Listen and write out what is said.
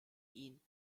ihn